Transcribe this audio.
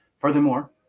Furthermore